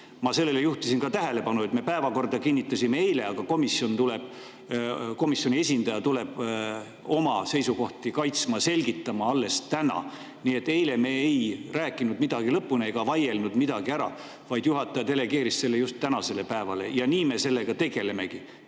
Ma juhtisin ka tähelepanu sellele, et päevakorra kinnitasime eile, aga komisjoni esindaja tuleb oma seisukohti kaitsma ja selgitama alles täna. Nii et eile me ei rääkinud midagi lõpuni ega vaielnud midagi ära, vaid juhataja delegeeris selle just tänasele päevale ja nii me sellega nüüd tegelemegi.